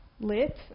lit